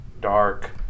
dark